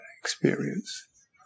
experience